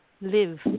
Live